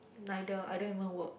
neither I don't even work